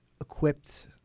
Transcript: equipped